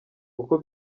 uko